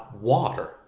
water